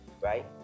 Right